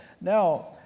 Now